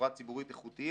ציבורית איכותיים.